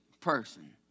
person